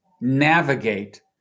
navigate